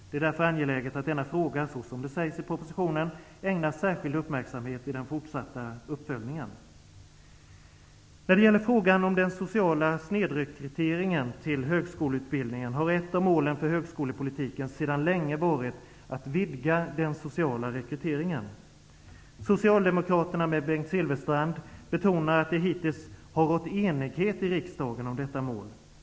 Det är därför angeläget att denna fråga -- så som sägs i propositionen -- ägnas särskild uppmärksamhet i den fortsatta uppföljningen.'' I fråga om den sociala snedrekryteringen till högskoleutbildningen har ett av målen för högskolepolitiken sedan länge varit att vidga den sociala rekryteringen. Socialdemokraterna, med Bengt Silfverstrand, betonar att det hittills har rått enighet i riksdagen om detta mål.